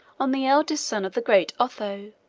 on the eldest son of the great otho,